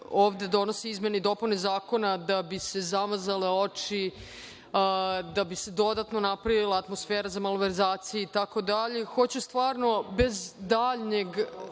ovde donose izmene i dopune zakona da bi se zamazale oči, da bi se dodatno napravila atmosfera za malverzacije itd,